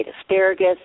asparagus